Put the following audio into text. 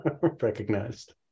recognized